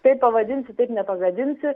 kaip pavadinsi taip nepagadinsi